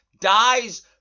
dies